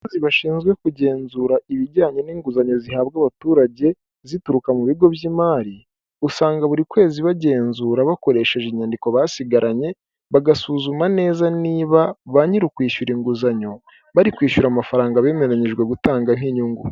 Abakozi bashinzwe kugenzura ibijyanye n'inguzanyo zihabwa abaturage zituruka mu bigo by'imari usanga buri kwezi bagenzura bakoresheje inyandiko basigaranye bagasuzuma neza niba ba nyir'ukwishyura inguzanyo bari kwishyura amafaranga bemeranyijwe gutanga nk'inyungu.